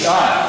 שישה חודשים?